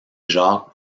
jacques